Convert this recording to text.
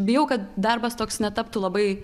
bijau kad darbas toks netaptų labai